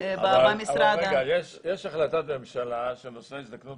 במשרד ה --- אבל יש החלטת ממשלה שנושא הזדקנות